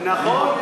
נכון.